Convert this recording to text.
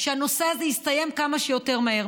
כדי שהנושא הזה יסתיים כמה שיותר מהר,